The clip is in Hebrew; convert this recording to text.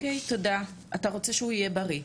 אוקיי, תודה, אתה רוצה שהוא יהיה בריא.